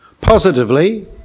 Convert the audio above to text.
Positively